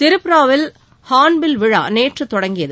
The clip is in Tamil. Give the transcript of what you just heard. திரிபுராவில் ஹார்ன்பில் விழா நேற்று தொடங்கியது